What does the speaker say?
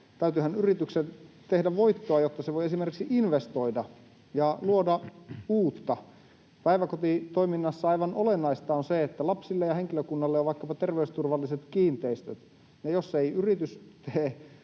Täytyyhän yrityksen tehdä voittoa, jotta se voi esimerkiksi investoida ja luoda uutta. Päiväkotitoiminnassa aivan olennaista on se, että lapsille ja henkilökunnalle on vaikkapa terveysturvalliset kiinteistöt, ja jos ei yritys tee